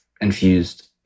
infused